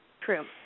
True